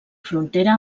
frontera